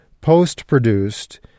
post-produced